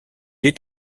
est